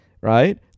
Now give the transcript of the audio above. right